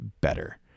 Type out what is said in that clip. better